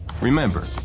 Remember